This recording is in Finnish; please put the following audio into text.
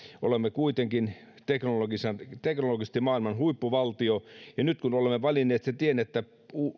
olemme kuitenkin teknologisesti maailman huippuvaltio nyt kun olemme valinneet sen tien että